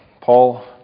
Paul